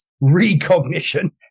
recognition